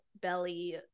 Belly